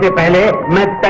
yeah bhola